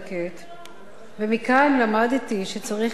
ומכאן למדתי שצריך לעשות כמה דברים.